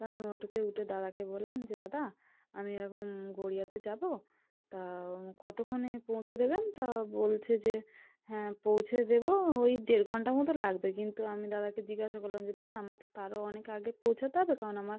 তো আমি অটোতে উঠে দাদাকে বললাম যে দাদা আমি এরকম গড়িয়াতে যাব তা কতক্ষণে পৌঁছে দেবেন তা বলছে যে হ্যাঁ পৌঁছে দেবো ওই দেড় ঘণ্টা মতো লাগবে কিন্তু আমি দাদাকে জিজ্ঞাসা করলাম যে দাদা আমার তো তারও অনেক আগে পৌঁছাতে হবে কারণ আমার